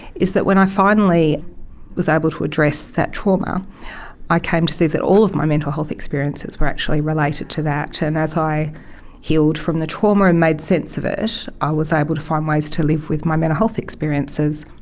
is that when i finally was able to address that trauma i came to see that all of my mental health experiences were actually related to that. and as i healed from the trauma and made sense of it i was able to find ways to live with my mental health experiences,